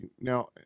now